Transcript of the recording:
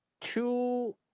Two